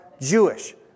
Jewish